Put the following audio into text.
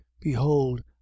Behold